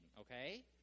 okay